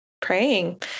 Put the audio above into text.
praying